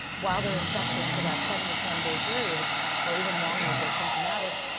while they're infectious for that seven to ten day period or even longer, if they're symptomatic.